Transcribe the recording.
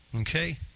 okay